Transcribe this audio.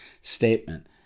statement